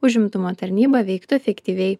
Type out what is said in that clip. užimtumo tarnyba veiktų efektyviai